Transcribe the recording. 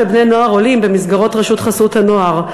בני-נוער עולים במסגרות רשות חסות הנוער.